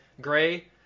Gray